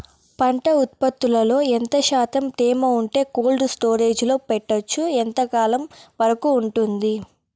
పంట ఉత్పత్తులలో ఎంత శాతం తేమ ఉంటే కోల్డ్ స్టోరేజ్ లో పెట్టొచ్చు? ఎంతకాలం వరకు ఉంటుంది